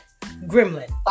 gremlin